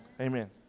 amen